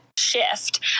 Shift